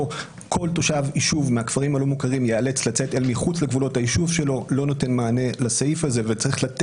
אנחנו נשמח רק לקבל את חוות דעתם כדי לראות